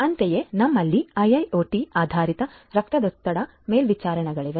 ಅಂತೆಯೇ ನಮ್ಮಲ್ಲಿ IIoT ಆಧಾರಿತ ರಕ್ತದೊತ್ತಡ ಮಾನಿಟರ್ಗಳಿವೆ